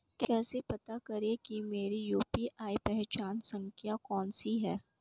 कैसे पता करें कि मेरी यू.पी.आई पहचान संख्या कौनसी है?